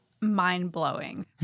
mind-blowing